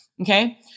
okay